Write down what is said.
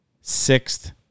sixth